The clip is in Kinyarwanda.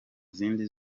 zindi